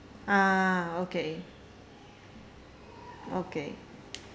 ah okay okay